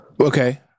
Okay